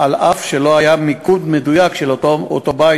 אף שלא היה מיקוד מדויק של אותו בית,